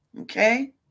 okay